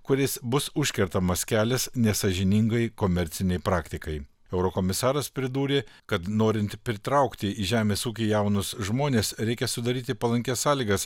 kuriais bus užkertamas kelias nesąžiningai komercinei praktikai eurokomisaras pridūrė kad norint pritraukti į žemės ūkį jaunus žmones reikia sudaryti palankias sąlygas